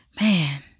man